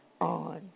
on